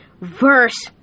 verse